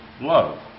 love